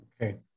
Okay